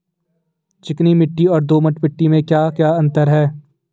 चिकनी मिट्टी और दोमट मिट्टी में क्या क्या अंतर है?